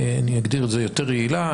אני אגדיר את זה יותר יעילה,